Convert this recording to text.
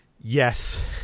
yes